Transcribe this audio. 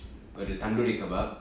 ஒறு:oru tandoori kebab